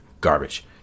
garbage